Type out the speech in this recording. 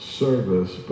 service